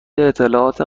اطلاعات